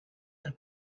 del